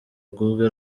rwunge